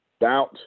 doubt